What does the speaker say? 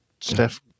Steph